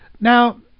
Now